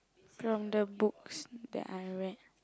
from the books that I read